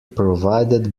provided